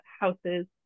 houses